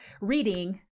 reading